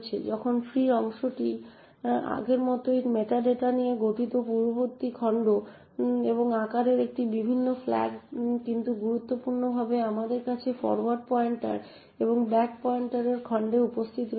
যখন ফ্রি অংশটি আগের মতোই মেটাডেটা নিয়ে গঠিত পূর্ববর্তী খণ্ড এবং আকার এবং বিভিন্ন ফ্ল্যাগ কিন্তু গুরুত্বপূর্ণভাবে আমাদের কাছে ফরোয়ার্ড পয়েন্টার এবং ব্যাক পয়েন্টার ফ্রি খণ্ডে উপস্থিত রয়েছে